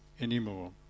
anymore